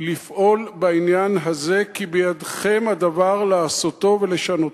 לפעול בעניין הזה, כי בידכם הדבר לעשותו ולשנותו.